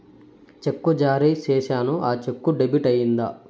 చెక్కు జారీ సేసాను, ఆ చెక్కు డెబిట్ అయిందా